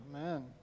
Amen